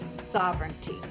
sovereignty